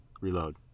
Reload